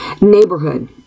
neighborhood